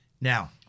now